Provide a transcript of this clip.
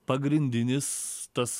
pagrindinis tas